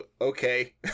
okay